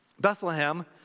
Bethlehem